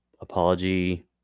apology